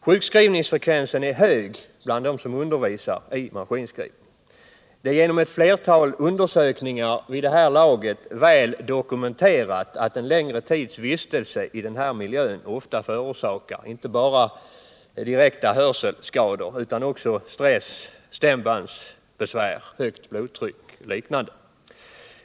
Sjukskrivningsfrekvensen är hög bland dem som undervisar i maskinskrivning. Det är genom ett flertal undersökningar vid det här laget väl dokumenterat att en längre tids vistelse i den här miljön förorsakar inte bara direkta hörselskador utan också stress, stämbandsbesvär, högt blodtryck o. d.